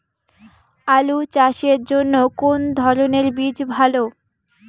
আলু চাষের জন্য কোন ধরণের বীজ ভালো?